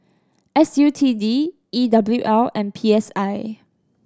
S U T D E W L and P S I